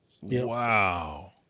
Wow